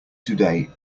today